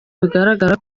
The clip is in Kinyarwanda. bigaragara